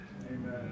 Amen